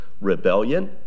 rebellion